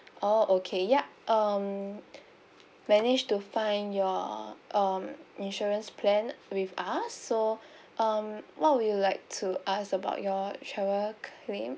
oh okay yup um manage to find your um insurance plan with us so um what would you like to ask about your travel claim